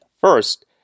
first